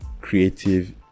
creative